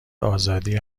آزادی